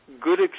good